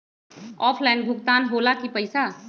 Offline भुगतान हो ला कि पईसा?